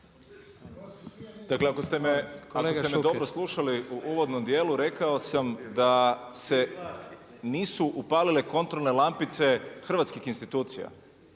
Dakle, ako ste me dobro slušali u uvodnom dijelu rekao sam da se nisu upalile kontrolne lampice hrvatskih institucija,